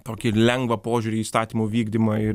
tokį lengvą požiūrį į įstatymų vykdymą ir